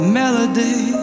melody